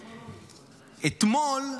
אתמול,